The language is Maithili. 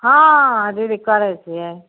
हाँ दीदी करै छियै